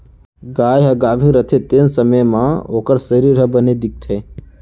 गाय ह गाभिन रथे तेन समे म ओकर सरीर ह बने दिखथे